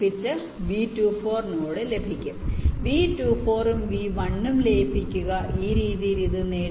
V24 ഉം V1 ഉം ലയിപ്പിക്കുക ഈ രീതിയിൽ ഇത് നേടുക